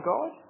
God